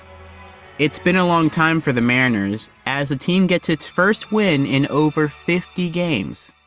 it's been a long time for the mariners, as a team gets its first win in over fifty games.